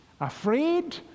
Afraid